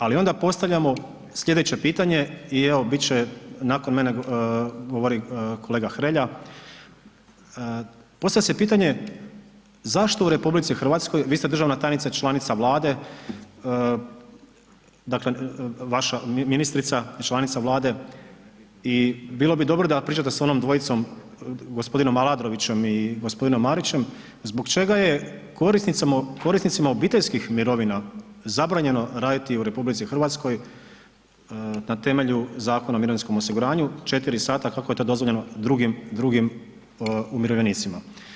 Ali onda postavljamo sljedeće pitanje i evo bit će nakon mene govori kolega Hrelja, postavlja se pitanje zašto u RH, vi ste državna tajnica članica Vlade, dakle vaša ministrica je članica Vlade i bilo bi dobro da pričate sa onom dvojicom gospodinom Aladrovićem i gospodinom Marićem, zbog čega je korisnicima obiteljskih mirovina zabranjeno raditi u RH na temelju Zakona o mirovinskom osiguranju četiri sata kako je to dozvoljeno drugim umirovljenicima?